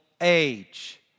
age